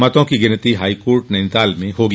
मतों की गिनती हाईकोर्ट नैनीताल में होगी